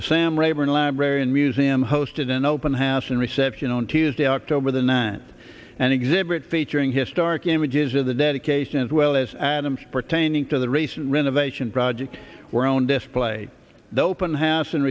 the sam rayburn laboratory and museum hosted an open house and reception on tuesday october the ninth an exhibit featuring historic images of the dedication as well as adams pertaining to the recent renovation project where own display the open house and